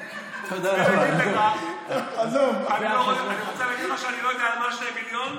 רוצה להגיד לך שאני לא יודע על מה 2 מיליון,